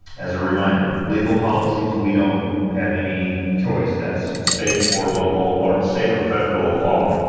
as a reminder, legal policies, we don't have any choice. that's state or local or state or federal law,